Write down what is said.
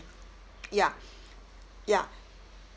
ya ya